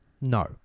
no